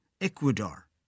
Ecuador